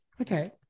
okay